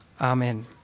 Amen